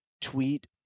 tweet